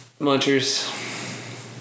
munchers